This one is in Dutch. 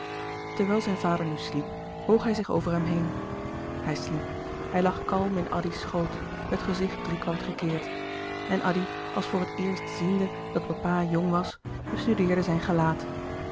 terwijl zijn vader nu sliep boog hij zich over hem heen hij sliep hij lag kalm in addy's schoot het gezicht driekwart gekeerd en addy als voor het eerst ziende dat papa jong was bestudeerde zijn gelaat